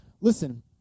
Listen